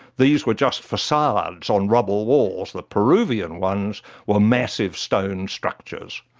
these were just facades on rubble walls. the peruvian ones were massive stone structures.